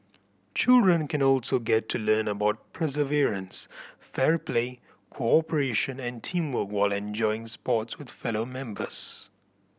children can also get to learn about perseverance fair play cooperation and teamwork while enjoying sports with fellow members